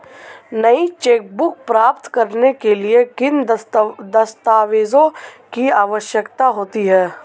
नई चेकबुक प्राप्त करने के लिए किन दस्तावेज़ों की आवश्यकता होती है?